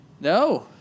No